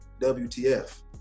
WTF